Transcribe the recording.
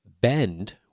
bend